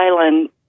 Island